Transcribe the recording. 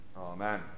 Amen